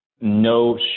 no